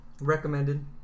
recommended